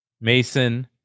Mason